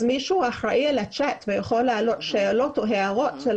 מישהו אחראי על הצ'ט ויכול להעלות שאלות או הערות של